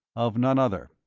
of none other.